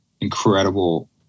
incredible